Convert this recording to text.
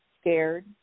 scared